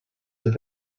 had